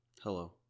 hello